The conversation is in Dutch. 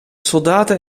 soldaten